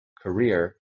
career